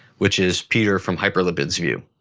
which is peter from hyperlipid's view.